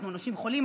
אנחנו אנשים חולים,